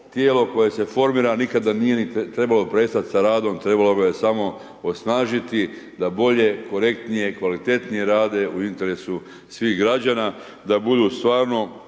tijelo koje se formira nikada nije ni trebalo prestati sa radom. Trebalo ga je samo osnažiti da bolje, korektnije, kvalitetnije rade u interesu svih građana, da budu stvarno